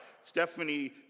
Stephanie